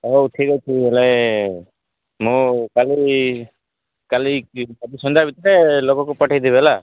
ହ ହଉ ଠିକ୍ଅଛି ହେଲେ ମୁଁ କାଲି କାଲି ସନ୍ଧ୍ୟା ଭିତରେ ଲୋକକୁ ପଠେଇଦେବି ହେଲା